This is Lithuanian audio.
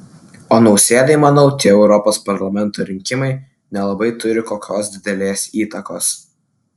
o nausėdai manau tie europos parlamento rinkimai nelabai turi kokios didelės įtakos